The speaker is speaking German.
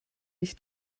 mich